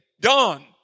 done